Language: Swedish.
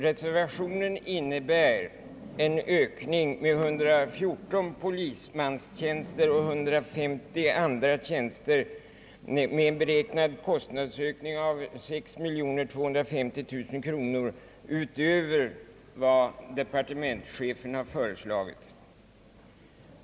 Reservationen går ut på en ökning med 114 polismanstjänster och 150 andra tjänster med en beräknad kostnadsökning av 6 250 000 kronor utöver vad departementschefen har föreslagit.